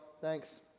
Thanks